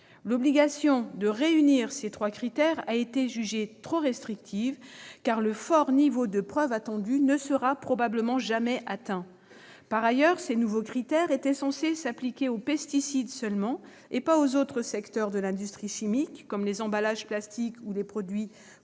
L'obligation de satisfaire ces trois critères a été jugée trop restrictive, car le fort niveau de preuve attendu ne sera probablement jamais atteint. Par ailleurs, ces nouveaux critères étaient censés s'appliquer seulement aux pesticides et non aux autres secteurs de l'industrie chimique, comme ceux des emballages plastiques ou des produits